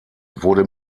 wurde